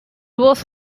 was